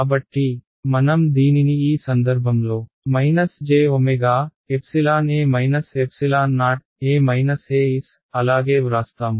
కాబట్టి మనం దీనిని ఈ సందర్భంలో jE o అలాగే వ్రాస్తాము